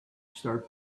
start